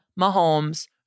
Mahomes